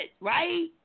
right